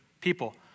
People